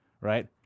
right